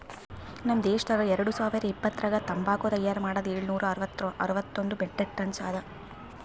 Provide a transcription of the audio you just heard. ನಮ್ ದೇಶದಾಗ್ ಎರಡು ಸಾವಿರ ಇಪ್ಪತ್ತರಾಗ ತಂಬಾಕು ತೈಯಾರ್ ಮಾಡದ್ ಏಳು ನೂರಾ ಅರವತ್ತೊಂದು ಮೆಟ್ರಿಕ್ ಟನ್ಸ್ ಅದಾ